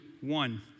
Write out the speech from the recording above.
one